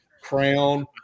crown